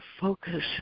focus